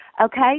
Okay